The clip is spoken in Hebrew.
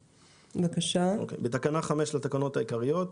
"תיקון תקנה 5 6 בתקנה 5 לתקנות העיקריות,